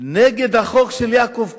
נגד החוק של יעקב כץ.